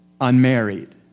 unmarried